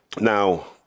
Now